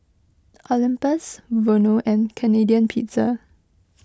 Olympus Vono and Canadian Pizza